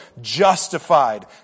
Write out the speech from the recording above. justified